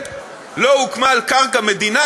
לא הוקמה על קרקע מדינה,